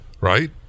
right